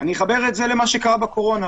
אני אחבר את זה למה שקרה בקורונה.